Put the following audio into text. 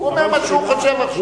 הוא אומר מה שהוא חושב עכשיו.